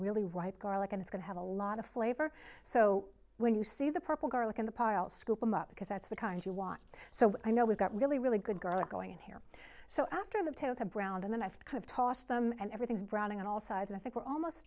really ripe garlic and it's going to have a lot of flavor so when you see the purple garlic in the pile scoop them up because that's the kind you watch so i know we got really really good girls going in here so after the tails of brown and then i've kind of tossed them and everything's browning on all sides and i think we're almost